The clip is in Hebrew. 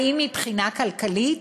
האם מבחינה כלכלית?